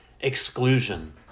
exclusion